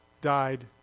died